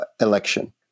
election